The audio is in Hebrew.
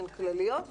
שהן כלליות,